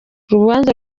urubanza